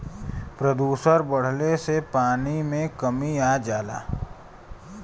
प्रदुषण बढ़ले से पानी में कमी आ जाला